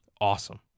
Awesome